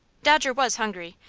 dodger was hungry,